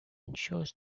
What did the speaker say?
ensures